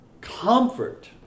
comfort